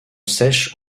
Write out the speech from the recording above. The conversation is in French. sèche